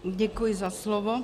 Děkuji za slovo.